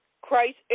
Christ